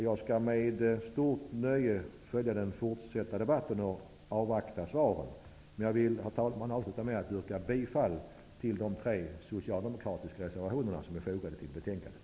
Jag skall med stort nöje följa den fortsatta debatten och avvakta svaren. Jag vill, herr talman, avsluta med att yrka bifall till de tre socialdemokratiska reservationer som är fogade till betänkandet.